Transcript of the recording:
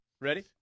Ready